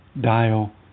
dial